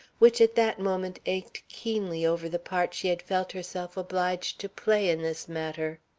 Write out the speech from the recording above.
which at that moment ached keenly over the part she had felt herself obliged to play in this matter.